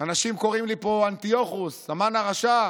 אנשים קוראים לי פה אנטיוכוס, המן הרשע.